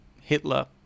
hitler